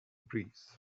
breeze